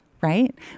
right